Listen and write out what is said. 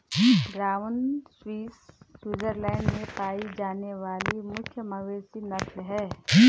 brown Swiss Switzerland में पाई जाने वाली मुख्य मवेशी नस्ल है